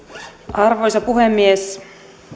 arvoisa puhemies